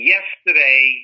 Yesterday